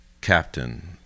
captain